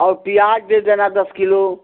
और प्याज़ दे देना दस किलो